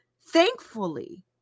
thankfully